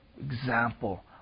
example